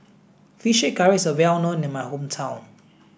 Fish Curry is well known in my hometown